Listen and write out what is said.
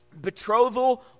Betrothal